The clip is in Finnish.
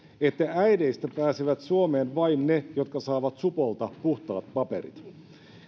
että äideistä pääsevät suomeen vain ne jotka saavat supolta puhtaat paperit